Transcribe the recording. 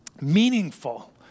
meaningful